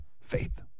Faith